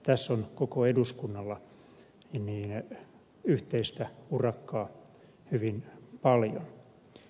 tässä on koko eduskunnalla yhteistä urakkaa hyvin paljon